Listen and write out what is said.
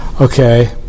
Okay